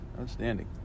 outstanding